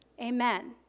amen